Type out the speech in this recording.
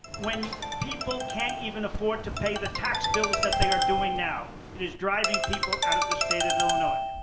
when people can't even afford to pay the tax bills that they are doing now. it is driving people out of the state of illinois.